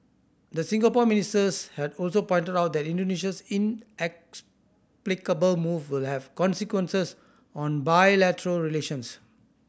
the Singapore ministers had also pointed out that Indonesia's inexplicable move will have consequences on bilateral relations